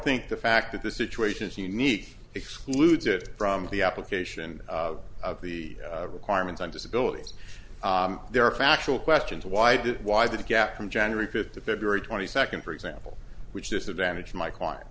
think the fact that the situation is unique excludes it from the application of the requirements on disability there are factual questions why did why did the gap from january fifth to february twenty second for example which disadvantage my client